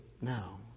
now